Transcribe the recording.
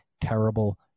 terrible